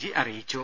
G അറിയിച്ചു